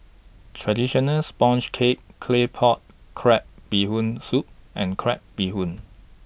Traditional Sponge Cake Claypot Crab Bee Hoon Soup and Crab Bee Hoon